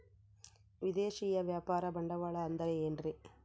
ವಿದೇಶಿಯ ವ್ಯಾಪಾರ ಬಂಡವಾಳ ಅಂದರೆ ಏನ್ರಿ?